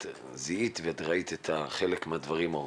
זיהית וראית חלק מהדברים או